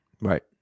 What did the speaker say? Right